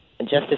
Justice